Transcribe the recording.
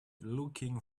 looking